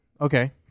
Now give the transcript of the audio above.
Okay